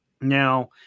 now